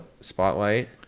Spotlight